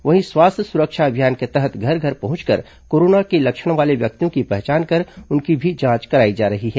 वहीं स्वास्थ्य सुरक्षा अभियान के तहत घर घर पहुंचकर कोरोना के लक्षण वाले व्यक्तियों की पहचान कर उनकी जांच भी कराई जा रही है